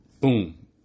Boom